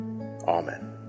Amen